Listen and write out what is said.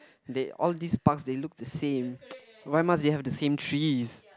they all these pass they look the same why must they have the same trees